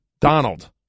Donald